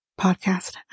podcast